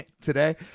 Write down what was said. Today